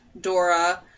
Dora